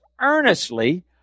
earnestly